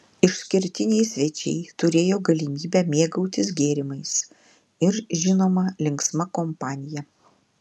išskirtiniai svečiai turėjo galimybę mėgautis gėrimais ir žinoma linksma kompanija